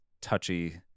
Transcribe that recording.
touchy